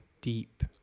deep